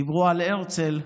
דיברו על הרצל,